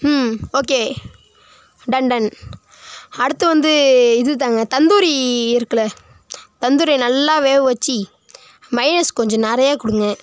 ஹும் okay done done அடுத்து வந்து இதுதாங்க தந்தூரி இருக்கில்ல தந்தூரியை நல்லா வேக வச்சு மைனஸ் கொஞ்சம் நிறையா கொடுங்க